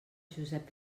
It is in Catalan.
josep